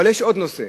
אבל יש עוד נושא,